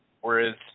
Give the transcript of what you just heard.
whereas